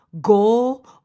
goal